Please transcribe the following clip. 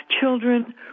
children